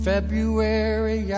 February